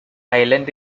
island